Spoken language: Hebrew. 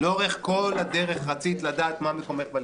לאורך כל הדרך רצית לדעת מה מקומך בליכוד,